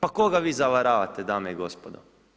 Ma koga vi zavaravate, dame i gospodo?